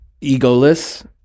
egoless